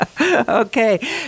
Okay